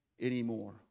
anymore